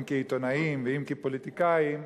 אם כעיתונאים ואם כפוליטיקאים,